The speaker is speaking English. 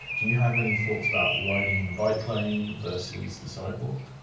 do you have any thoughts about riding in the bike lane versus the sidewalk?